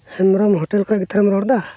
Hembrom hotel ᱠᱷᱚᱡ ᱜᱮᱛᱚᱢ ᱨᱚᱲᱮᱫᱟ